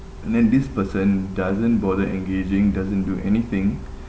and then this person doesn't bother engaging doesn't do anything